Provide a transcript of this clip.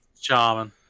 charming